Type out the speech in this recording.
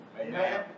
Amen